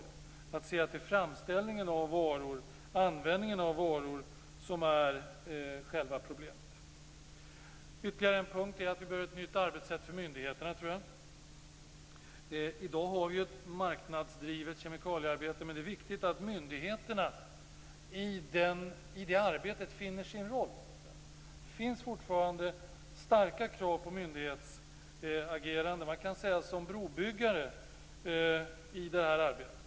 Det är viktigt att se att det är framställningen av varor, användningen av varor, som är själva problemet. Ytterligare en punkt är att vi behöver ett nytt arbetssätt för myndigheterna. I dag har vi ett marknadsdrivet kemikaliearbete, men det är viktigt att myndigheterna finner sin roll i det arbetet. Det finns fortfarande starka krav på myndighetsagerande, att myndigheterna skall fungera som brobyggare i det här arbetet.